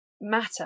matter